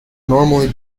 normally